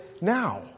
now